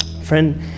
Friend